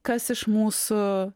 kas iš mūsų